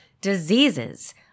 diseases